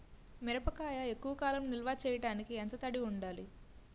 మిరపకాయ ఎక్కువ కాలం నిల్వ చేయటానికి ఎంత తడి ఉండాలి?